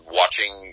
watching